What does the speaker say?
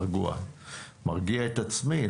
מרגיע את עצמי.